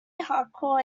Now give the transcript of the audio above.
hardcore